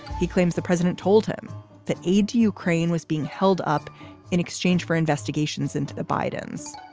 he claims the president told him the aid to ukraine was being held up in exchange for investigations into the biden's.